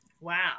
Wow